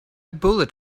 bullet